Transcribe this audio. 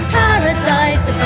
paradise